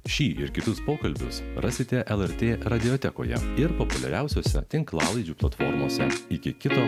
šį ir kitus pokalbius rasite lrt radiotekoje ir populiariausiose tinklalaidžių platformose iki kito